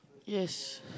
yes